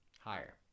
Higher